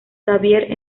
xavier